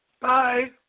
Bye